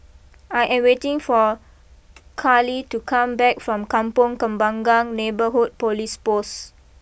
I am waiting for Carlie to come back from Kampong Kembangan Neighbourhood police post